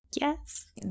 Yes